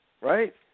right